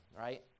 right